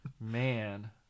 Man